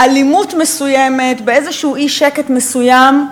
באלימות מסוימת, באיזשהו אי-שקט מסוים,